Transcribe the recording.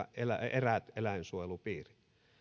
eräät eläinsuojelupiirit